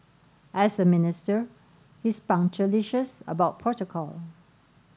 as a minister he's punctilious about protocol